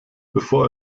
bevor